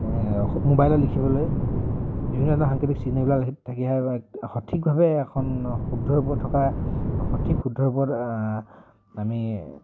মোবাইলত লিখিবলৈ বিভিন্ন ধৰণৰ সাংকেতিক চিহ্নবিলাক থাকি আহে সঠিকভাৱে এখন শুদ্ধ ৰূপত থকা সঠিক শুদ্ধ ৰূপত আমি